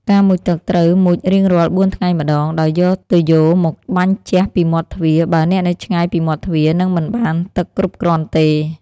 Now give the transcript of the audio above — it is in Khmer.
ការមុជទឹកត្រូវមុជរៀងរាល់បួនថ្ងៃម្តង ដោយយកទុយយ៉ូមកបាញ់ជះពីមាត់ទ្វារ បើអ្នកនៅឆ្ងាយពីមាត់ទ្វារនឹងមិនបានទឹកគ្រប់គ្រាន់ទេ។